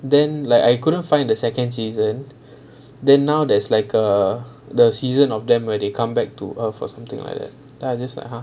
then like I couldn't find the second season then now there's like err the season of them when they come back to earth or something like that then I just like !huh!